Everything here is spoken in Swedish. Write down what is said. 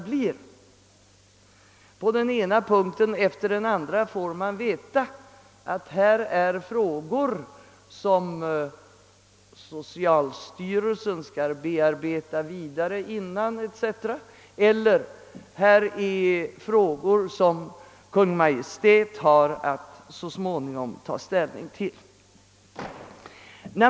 Man får på den ena punkten efter den andra veta att detta är frågor som socialstyrelsen skall bearbeta vidare, eller här är det frågor som Kungl. Maj:t så småningom skall ta ställning till.